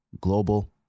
Global